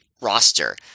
roster